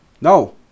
No